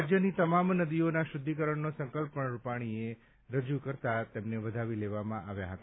રાજ્યની તમામ નદીઓના શુદ્ધિકરણનો સંકલ્પ પણ રૂપાણીએ અહીં રજૂ કરતા તેમને વધાવી લેવામાં આવ્યા હતા